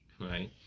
right